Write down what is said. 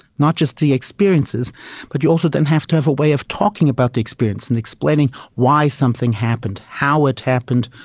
not just the experiences but you also then have to have a way of talking about the experience and explaining why something happened, how it happened,